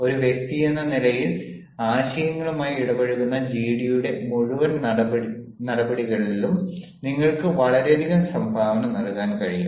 ഒരു വ്യക്തിയെന്ന നിലയിൽ ആശയങ്ങളുമായി ഇടപഴകുന്ന ജിഡിയുടെ മുഴുവൻ നടപടികളിലും നിങ്ങൾക്ക് വളരെയധികം സംഭാവന നൽകാൻ കഴിയും